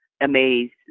amazed